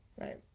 right